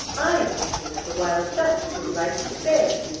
i am the king of the wild ducks, whose life you spared,